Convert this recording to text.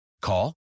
Call